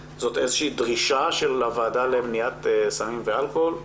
שזו איזו שהיא דרישה של הוועדה למניעת סמים ואלכוהול.